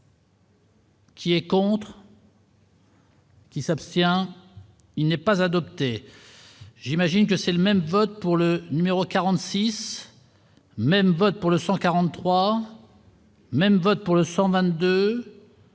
Qui est contre. Qui s'abstient, il n'est pas adoptée, j'imagine que c'est le même vote pour le numéro 46 même vote pour le 143. Même vote pour le 122.